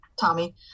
Tommy